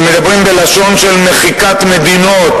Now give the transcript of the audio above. שמדברים בלשון של מחיקת מדינות,